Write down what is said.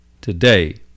today